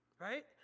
Right